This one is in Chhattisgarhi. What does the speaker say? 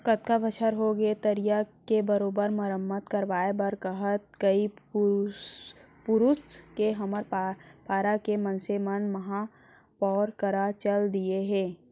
कतका बछर होगे तरिया के बरोबर मरम्मत करवाय बर कहत कई पुरूत के हमर पारा के मनसे मन महापौर करा चल दिये हें